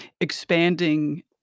expanding